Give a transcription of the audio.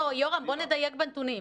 לא, יורם, בוא נדייק בנתונים.